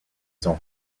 sont